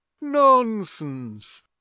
nonsense